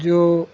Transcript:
जो